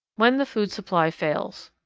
when the food supply fails.